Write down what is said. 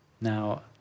now